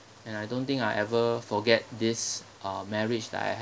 and I don't think I ever forget this uh marriage that I